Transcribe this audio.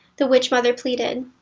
the witchmother pleaded.